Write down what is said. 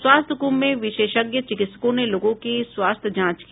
स्वास्थ्य क्रंभ में विशेषज्ञ चिकित्सकों ने लोगों की स्वास्थ्य जांच की